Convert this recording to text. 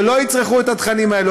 שלא יצרכו את התכנים האלה.